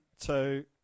two